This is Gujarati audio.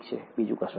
બિજુ કશુ નહિ